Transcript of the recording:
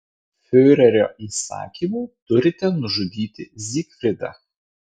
fiurerio įsakymu turite nužudyti zygfridą